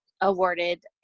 awarded